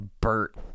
Bert